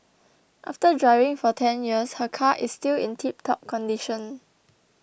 after driving for ten years her car is still in tiptop condition